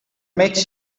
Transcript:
makes